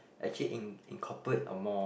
actually in~ incorporate a more